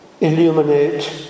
illuminate